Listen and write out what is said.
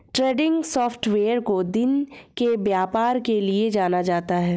trending software को दिन के व्यापार के लिये जाना जाता है